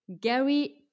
Gary